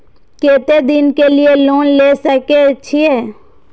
केते दिन के लिए लोन ले सके छिए?